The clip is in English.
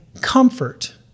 comfort